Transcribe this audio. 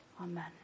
Amen